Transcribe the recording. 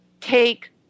take